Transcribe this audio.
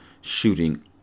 Shooting